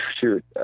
shoot